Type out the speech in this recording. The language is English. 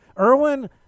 Irwin